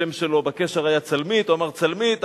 השם שלו בקשר היה "צלמית" הוא אמר: "צלמית,